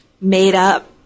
made-up